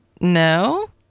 no